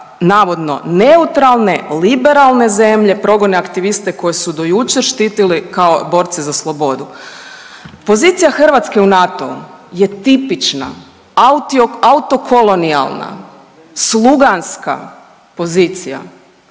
navodno neutralne, liberalne zemlje progone aktiviste koje su do jučer štitili kao borce za slobodu. Pozicija Hrvatske u NATO-u je tipična, autokolonijalna, sluganska pozicija.